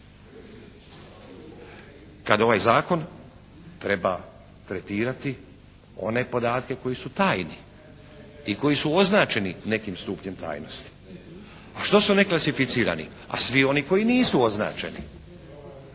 kad ovaj Zakon treba tretirati one podatke koji su tajni i koji su označeni nekim stupnjem tajnosti. A što su neklasificirani? A svi oni koji nisu označeni.